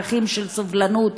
ערכים של סובלנות,